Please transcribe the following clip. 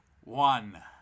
one